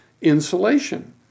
insulation